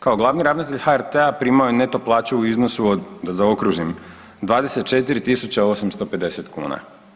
Kao glavni ravnatelj HRT-a primao je neto plaću u iznosu od, da zaokružim 24.850 kuna.